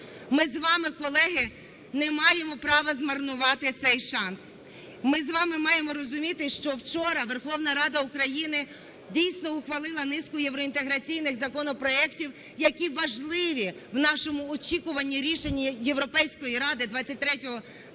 Ми з вами, колеги, не маємо права змарнувати цей шанс. Ми з вами маємо розуміти, що вчора Верховна Рада України дійсно ухвалила низку євроінтеграційних законопроектів, які важливі в нашому очікуванні рішення Європейської Ради 23-24